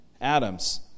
Adam's